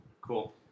Cool